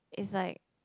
is like